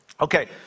Okay